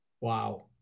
Wow